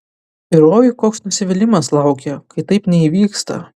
ir oi koks nusivylimas laukia kai taip neįvyksta